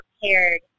prepared